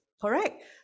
Correct